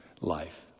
life